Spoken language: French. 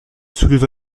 souleva